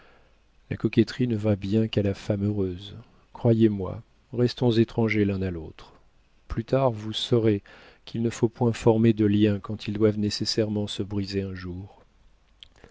la coquetterie ne va bien qu'à la femme heureuse croyez-moi restons étrangers l'un à l'autre plus tard vous saurez qu'il ne faut point former de liens quand ils doivent nécessairement se briser un jour